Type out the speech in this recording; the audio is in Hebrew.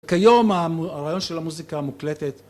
כיום הרעיון של המוזיקה המוקלטת